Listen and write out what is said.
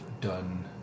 done